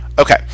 Okay